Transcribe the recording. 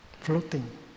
floating